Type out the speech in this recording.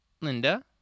Linda